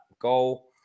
goal